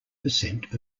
percent